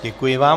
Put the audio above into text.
Děkuji vám.